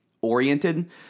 oriented